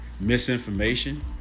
misinformation